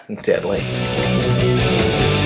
Deadly